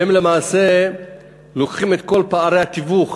הם למעשה לוקחים את כל פערי התיווך